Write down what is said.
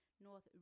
North